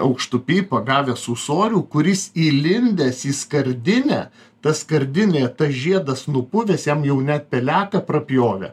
aukštupy pagavęs ūsorių kuris įlindęs į skardinę ta skardinė tas žiedas nupuvęs jam jau net peleką prapjovę